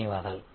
ధన్యవాదాలు